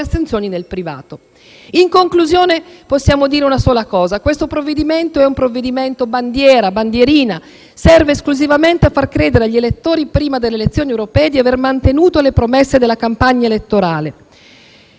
In conclusione, possiamo dire una sola cosa. Questo provvedimento è un provvedimento bandiera, bandierina. Serve esclusivamente a far credere agli elettori, prima delle elezioni europee, di aver mantenuto le promesse della campagna elettorale.